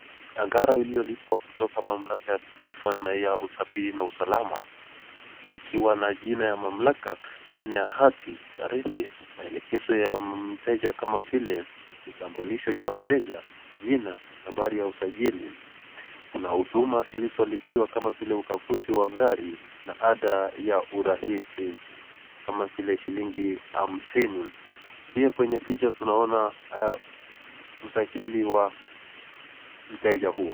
Angalizo iliyolipwa kutoka Mamlaka ya Kitaifa ya Usafiri na Usalama likiwa na jina ya mamlaka, aina ya hati, tarehe, maelekezo ya mteja kama vile, kitambulisho cha mteja, jina, na nambari ya usajili. Kuna huduma zilizolipiwa kama vile ukaguzi wa gari na ada ya urahisi kama vile shilingi hamsini. Pia kwenye picha tunaona usajili wa mteja huo.